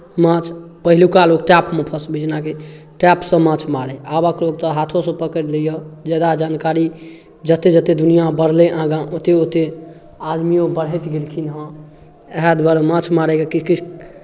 माछ पहिलुका लोक ट्रैपमे फँसबै छलै जेनाकि टैपसँ माछ मारय आबक लोक तऽ हाथोसँ पकड़ि लैए ज्यादा जानकारी जतेक जतेक दुनिआँ बढ़लै आगाँ ओतेक ओतेक आदमीओ बढ़ैत गेलखिन हेँ इएह दुआरे माछ मारैके किछु किछु